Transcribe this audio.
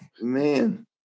Man